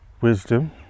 Wisdom